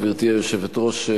גברתי היושבת-ראש,